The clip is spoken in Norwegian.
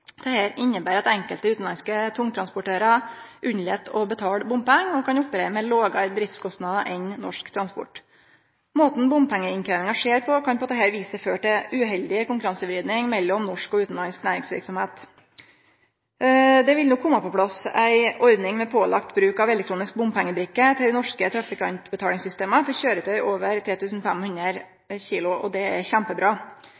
Dette inneber at enkelte utanlandske tungtransportørar lét vere å betale bompengar, og kan operere med lågare driftskostnader enn norske transportørar. Måten bompengeinnkrevjinga skjer på kan på dette viset føre til uheldig konkurransevriding mellom norsk og utanlandsk næringsverksemd. Det vil kome på plass ei ordning med pålagt bruk av elektronisk bompengebrikke til norske trafikantbetalingssystem for køyretøy over